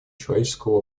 человеческого